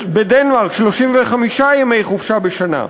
בדנמרק, 35 ימי חופשה בשנה.